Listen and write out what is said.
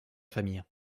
famille